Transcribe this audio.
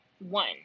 One